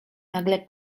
nagle